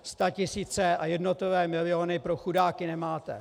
Statisíce a jednotlivé miliony pro chudáky nemáte.